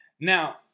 Now